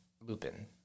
Lupin